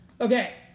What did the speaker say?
Okay